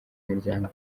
muryango